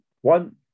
one